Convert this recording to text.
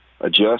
adjust –